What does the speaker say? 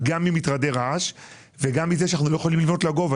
גם ממטרדי רעש וגם מזה שאנחנו לא יכולים לבנות לגובה.